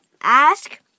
ask